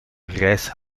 grijs